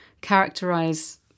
characterize